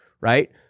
Right